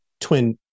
twin